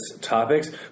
topics